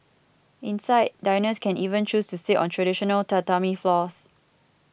inside diners can even choose to sit on traditional Tatami floors